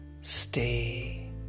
Stay